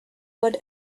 but